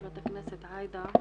חברת הכנסת עאידה.